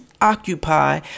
occupy